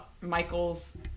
michael's